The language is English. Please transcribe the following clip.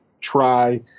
try